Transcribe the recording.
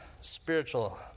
spiritual